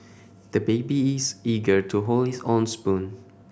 the baby is eager to hold his own spoon